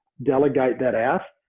delegate that